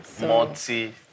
Multi